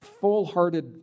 full-hearted